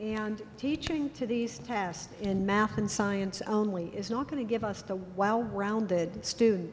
and teaching to these tests in math and science only is not going to give us the well rounded student